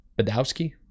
Badowski